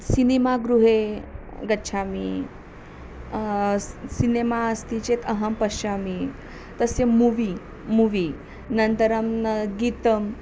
cinema गृहे गच्छामि cinema अस्ति चेत् अहं पश्यामि तस्य मूवी मूवी अनन्तरं गीतम्